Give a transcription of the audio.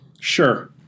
Sure